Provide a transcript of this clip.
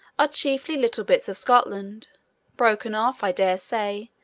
are chiefly little bits of scotland broken off, i dare say,